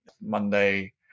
Monday